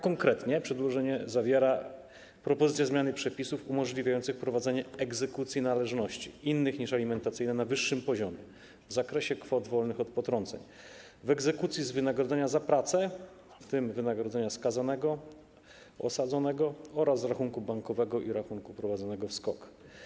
Konkretnie przedłożenie zawiera propozycje zmiany przepisów umożliwiających prowadzenie egzekucji należności innych niż alimentacyjne na wyższym poziomie w zakresie kwot wolnych od potrąceń, w ramach egzekucji z wynagrodzenia za pracę, w tym wynagrodzenia skazanego lub osadzonego, oraz z rachunku bankowego i rachunku prowadzonego w SKOK.